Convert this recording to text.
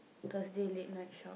Thursday late night shop